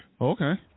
Okay